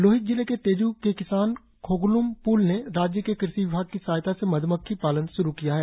लोहित जिले के तेजू के किसान खोगोल्म प्ल ने राज्य के कृषि विभाग की सहायता से मध्मक्खी पालन श्रु किया है